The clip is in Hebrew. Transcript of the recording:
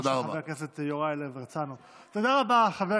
תודה רבה.